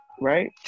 Right